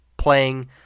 playing